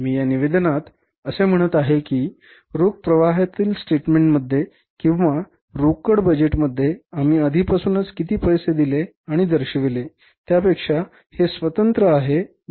मी या निवेदनात असे म्हणत आहे की रोख प्रवाहातील स्टेटमेंटमध्ये किंवा रोकड बजेटमध्ये आम्ही आधीपासून किती पैसे दिले आणि दर्शविले त्यापेक्षा हे स्वतंत्र आहे